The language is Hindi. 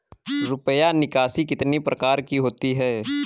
रुपया निकासी कितनी प्रकार की होती है?